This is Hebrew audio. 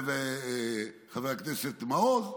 וחבר הכנסת מעוז,